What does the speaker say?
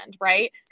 right